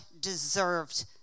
deserved